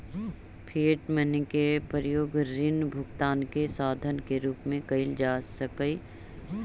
fiat money के प्रयोग ऋण भुगतान के साधन के रूप में कईल जा सकऽ हई